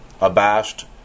Abashed